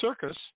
circus